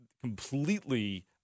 completely